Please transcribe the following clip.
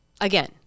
again